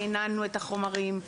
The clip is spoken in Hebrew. ריעננו את החומרים,